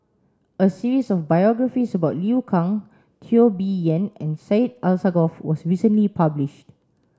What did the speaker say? a series of biographies about Liu Kang Teo Bee Yen and Syed Alsagoff was recently published